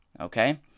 okay